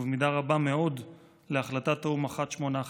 ובמידה רבה מאוד להחלטת האו"ם 181,